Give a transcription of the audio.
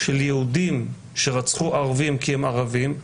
של יהודים שרצחו ערבים כי הם ערבים,